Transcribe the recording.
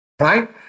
Right